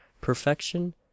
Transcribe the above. perfection